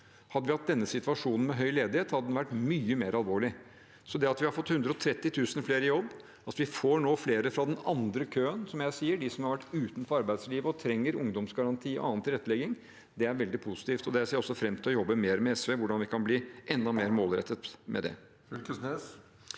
Hadde vi hatt denne situasjonen med høy ledighet, hadde den vært mye mer alvorlig. Det at vi har fått 130 000 flere i jobb, at vi får flere fra den andre køen, som jeg sier det – de som har vært utenfor arbeidslivet og trenger ungdomsgaranti og annen tilrettelegging – er veldig positivt. Jeg ser fram til å jobbe mer med SV med hvordan vi kan bli enda mer målrettet med det.